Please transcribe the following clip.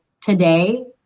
today